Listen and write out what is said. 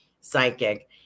Psychic